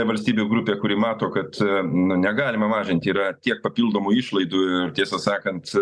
valstybių grupė kuri mato kad na negalima mažint yra tiek papildomų išlaidų ir tiesą sakant